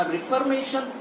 Reformation